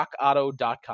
Rockauto.com